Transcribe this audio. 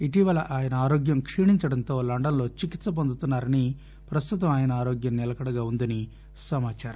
ఇటీవల అయన ఆరోగ్యం కీణించడంతో లండన్లో చికిత్స పొందుతున్సారని ప్రస్తుతం ఆయన ఆరోగ్యం నిలకడగా ఉందని సమాచారం